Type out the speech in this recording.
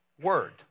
Word